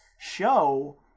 show